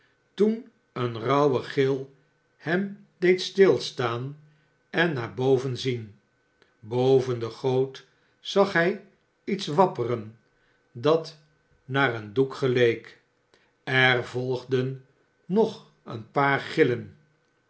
toen een rauwe gil hem deed stilstaan en naar boven zien boven de goot zag hij iets wapperen dat naar een doek geleek er volgden nog een paar gillen